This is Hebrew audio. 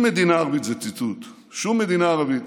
זה ציטוט: שום מדינה ערבית,